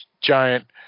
giant